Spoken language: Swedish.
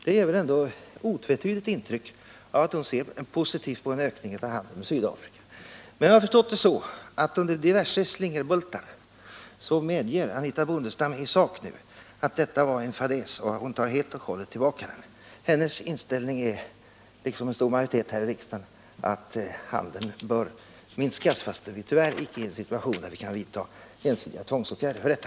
Det ger väl ändå otvetydigt intryck av att Anitha Bondestam ser positivt på 17 en ökning av handeln med Sydafrika. Men jag har förstått det så att under diverse slingerbultar tar Anitha Bondestam nu helt och hållet tillbaka och medger i sak att detta var en fadäs. Hennes inställning är, liksom hos en stor majoritet här i riksdagen, att handeln bör minskas fastän vi tyvärr icke är i en situation där vi kan vidta ensidiga tvångsåtgärder för detta.